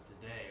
today